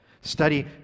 Study